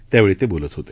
त्यावेळी ते बोलत होते